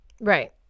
Right